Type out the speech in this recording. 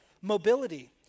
mobility